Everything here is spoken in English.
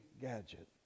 gadget